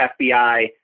FBI